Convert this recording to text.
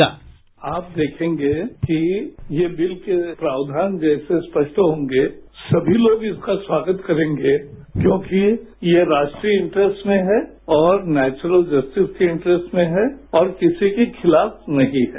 sound bite आप देखेंगे कि यह बिल के प्रावधान जैसे स्पष्ट होंगे सभी लोग इसका स्वागत करेंगे क्योंकि यह राष्ट्रीय इन्टरेस्ट में है और नेचुरल जस्टिस के इन्टरेस्ट में है और किसी के खिलाफ नहीं है